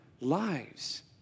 lives